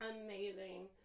Amazing